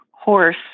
horse